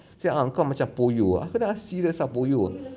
she say ah engkau macam poyo ah aku dah serious ah poyo